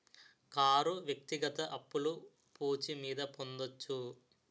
car వ్యక్తిగత అప్పులు పూచి మీద పొందొచ్చు